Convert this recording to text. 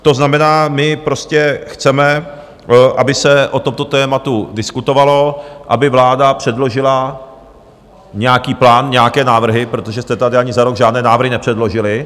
To znamená, my prostě chceme, aby se o tomto tématu diskutovalo, aby vláda předložila nějaký plán, nějaké návrhy, protože jste tady ani za rok žádné návrhy nepředložili.